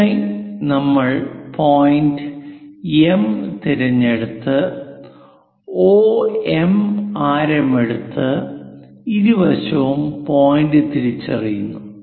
അതിനായി നമ്മൾ point M തിരഞ്ഞെടുത്ത് OM ആരം എടുത്ത് ഇരുവശവും പോയിന്റ് തിരിച്ചറിയുക